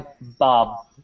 Bob